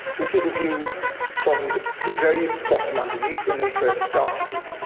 this is a view from the the very bottom, underneath, when they first started it.